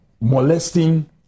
molesting